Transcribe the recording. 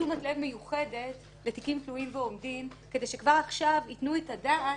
לתשומת לב מיוחדת בתיקים תלויים ועומדים כדי שכבר עכשיו ייתנו את הדעת